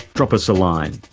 drop us a line.